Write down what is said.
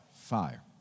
fire